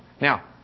Now